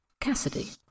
Cassidy